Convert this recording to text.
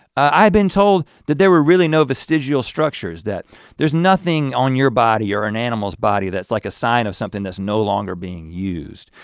i'd been told that there were really no vestigial structures, that there's nothing on your body or an animal's body that's like a sign of something that's no longer being used.